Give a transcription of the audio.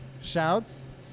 Shouts